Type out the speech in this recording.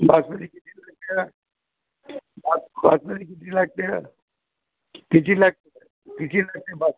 बासमती किती लागते बासमती किती लागते किती लागते किती लागते बासमती